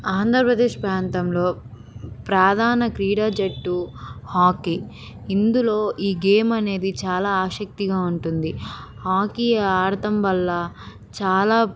ఆంధ్రప్రదేశ్ ప్రాంతంలో ప్రధాన క్రీడా జట్టు హాకీ ఇందులో ఈ గేమ్ అనేది చాలా ఆసక్తిగా ఉంటుంది హాకీ ఆడడం వల్ల చాలా